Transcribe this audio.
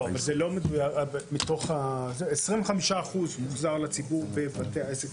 לא, זה לא, מתוך הזה 25% מוחזר לציבור בבתי העסק.